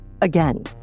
Again